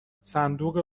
صندوق